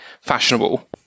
fashionable